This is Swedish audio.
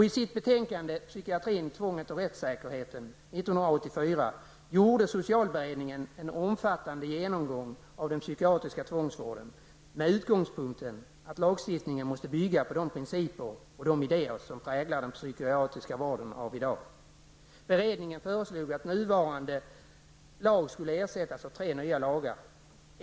I sitt betänkande gjorde socialberedningen en omfattande genomgång av den psykiatriska tvångsvården med utgångspunkten att lagstiftningen måste bygga på de principer och idéer som präglar den psykiatriska vården i dag. Beredningen föreslog att nuvarande lag skulle ersättas av tre nya lagar.